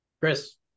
Chris